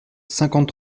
cinquante